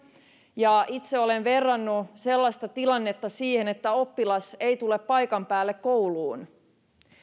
ja itse olen verrannut sellaista tilannetta siihen että oppilas ei tule paikan päälle kouluun